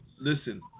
listen